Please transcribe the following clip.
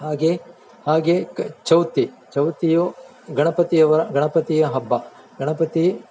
ಹಾಗೆ ಹಾಗೆ ಕ ಚೌತಿ ಚೌತಿಯು ಗಣಪತಿಯವರ ಗಣಪತಿಯ ಹಬ್ಬ ಗಣಪತಿ